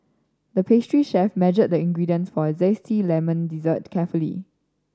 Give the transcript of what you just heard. the pastry chef measured the ingredients for a zesty lemon dessert carefully